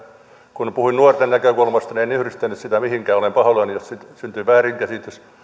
kun puhuin nuorten näkökulmasta en yhdistänyt sitä mihinkään olen pahoillani jos siitä syntyi väärinkäsitys